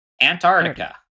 antarctica